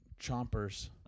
chompers